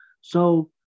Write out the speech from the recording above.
So-